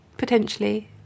Potentially